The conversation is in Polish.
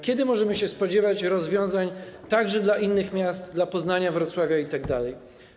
Kiedy możemy się spodziewać rozwiązań także dla innych miast, dla Poznania, Wrocławia itd.